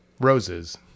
roses